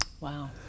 Wow